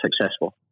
successful